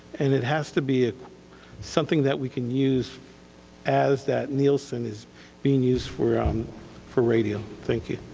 and it has to be something that we can use as that nielsen is being used for um for radio. thank you.